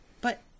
But